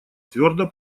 твердо